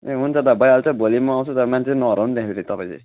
ए हुन्छ दादा भइहाल्छ भोलि म आउँछु दादा मान्छे नहराउनु त्यहाँ फेरि तपाईँ चाहिँ